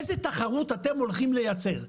איזה תחרות אתם הולכים לייצר?